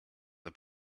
the